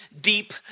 deep